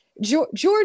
George